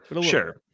Sure